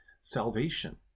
salvation